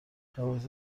روایت